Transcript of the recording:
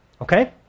Okay